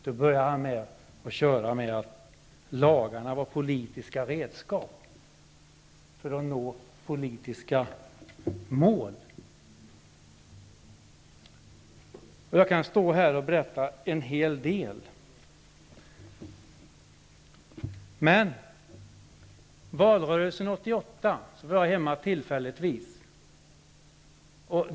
Han började då tala om att lagarna var politiska redskap för att nå politiska mål. Jag kan stå här och berätta en hel del. Under valrörelsen 1988 var jag tillfälligtvis hemma.